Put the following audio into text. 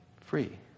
free